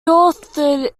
authored